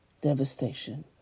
devastation